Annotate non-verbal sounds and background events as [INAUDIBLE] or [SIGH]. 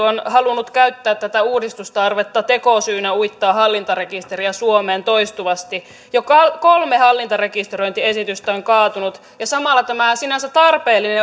[UNINTELLIGIBLE] on halunnut käyttää tätä uudistustarvetta tekosyynä uittaa hallintarekisteriä suomeen toistuvasti jo kolme hallintarekisteröintiesitystä on kaatunut ja samalla tämä sinänsä tarpeellinen [UNINTELLIGIBLE]